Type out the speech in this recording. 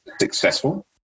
successful